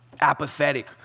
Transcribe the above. apathetic